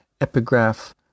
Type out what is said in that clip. epigraph